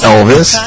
Elvis